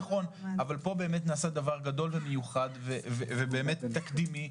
אבל פה באמת נעשה דבר גדול ומיוחד ובאמת תקדימי,